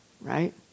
right